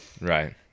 Right